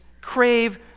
crave